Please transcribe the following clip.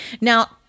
Now